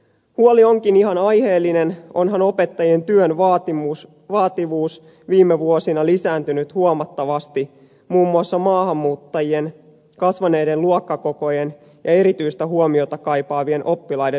huoli onkin ihan aiheellinen onhan opettajien työn vaativuus viime vuosina lisääntynyt huomattavasti muun muassa maahanmuuttajien kasvaneiden luokkakokojen ja erityistä huomiota kaipaavien oppilaiden lisääntymisen myötä